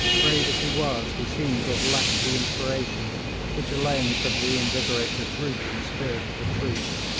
brave as he was, he seems to have lacked the inspiration which alone could reinvigorate the drooping spirit of the troops.